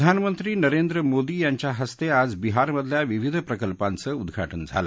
प्रधानमंत्री नरेंद्र मोदी यांच्या हस्ते आज बिहारमधल्या विविध प्रकल्पाच उद्घाटन झालं